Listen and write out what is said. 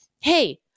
hey